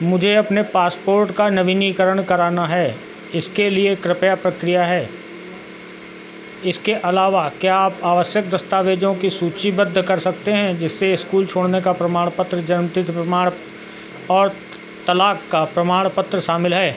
मुझे अपने पासपोर्ट का नवीनीकरण कराना है इसके लिए कृपया प्रक्रिया है इसके अलावा क्या आप आवश्यक दस्तावेज़ों की सूचीबद्ध कर सकते हैं जिससे स्कूल छोड़ने का प्रमाण पत्र जन्म तिथि का प्रमाण और तलाक़ का प्रमाण पत्र शामिल हैं